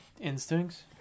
instincts